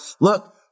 look